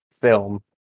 film